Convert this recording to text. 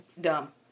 Dumb